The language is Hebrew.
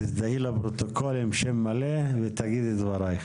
תזדהי לפרוטוקול עם שם מלא ותגידי את דברייך.